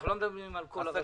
אנחנו לא מדברים על כל הרשויות.